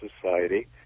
Society